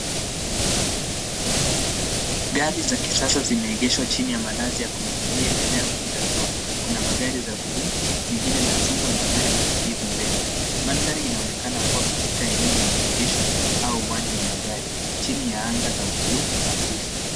Gari za kisasa zimeegeshwa chini ya malazi ya kuning'inia yanayokinga jua. Kuna magari za bluu, jingine la chungwa na gari la kijivu mbele. Mandhari inaonekana kuwa katika eneo la maegesho au uwanja wa magari chini ya anga la bluu hafifu.